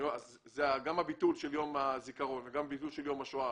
זה גם הביטול של האגרה ליום הזיכרון וגם הביטול של האגרה ליום השואה